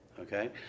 Okay